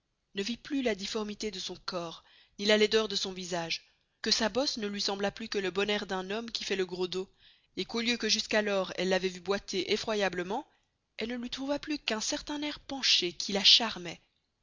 ne vit plus la difformité de son corps ny la laideur de son visage que sa bosse ne lui sembla plus que le bon air d'un homme qui fait le gros dos et qu'au lieu que jusqu'à lors elle l'avoit vû boiter effroyablement elle ne lui trouva plus qu'un certain air penché qui la